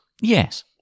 Yes